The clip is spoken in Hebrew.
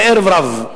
לערב-רב.